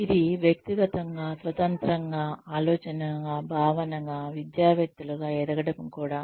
ఇది వ్యక్తిగతంగా స్వతంత్రంగా ఆలోచనగా భావనగా విద్యావేత్తలుగా ఎదగడం కూడా